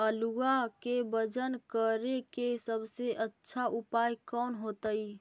आलुआ के वजन करेके सबसे अच्छा उपाय कौन होतई?